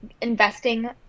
investing